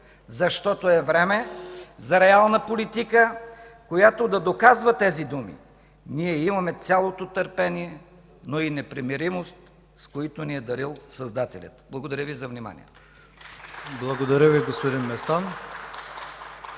защото е време за реална политика, която да доказва тези думи. Ние имаме цялото търпение, но и непримиримост, с които ни е дарил Създателят. Благодаря Ви за вниманието.